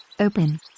open